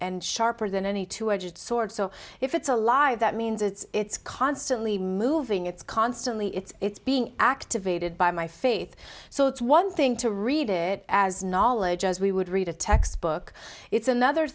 sharper than any two edged sword so if it's a lie that means it's constantly moving it's constantly it's being activated by my faith so it's one thing to read it as knowledge as we would read a textbook it's another